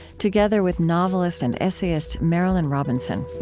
together with novelist and essayist marilynne robinson